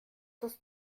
das